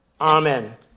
Amen